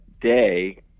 day